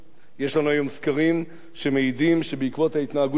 יש לנו היום סקרים שמעידים שבעקבות ההתנהגות של הליכוד,